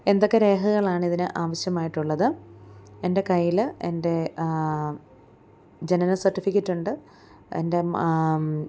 എന്തൊക്കെ രേഖകളാണ് ഇതിന് ആവിശ്യമായിട്ടുള്ളത് എൻ്റെ കയ്യില് എൻ്റെ ജനന സർട്ടിഫിക്കറ്റ് ഉണ്ട് എൻ്റെ